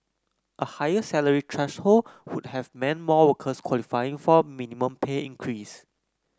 a higher salary threshold would have meant more workers qualifying for a minimum pay increase